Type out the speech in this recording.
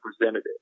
representative